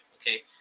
Okay